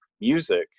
music